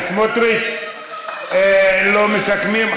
סמוטריץ, לא מסכמים.